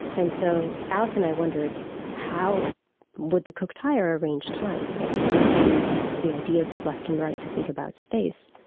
and so alice and i wondered how would the kuuk thaayorre arrange time if they don't use the ideas of left and right to think about space,